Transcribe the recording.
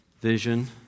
vision